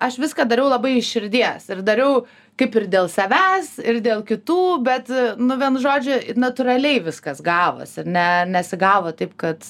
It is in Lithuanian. aš viską dariau labai širdies ir dariau kaip ir dėl savęs ir dėl kitų bet nu vienu žodžiu natūraliai viskas gavosi ne nesigavo taip kad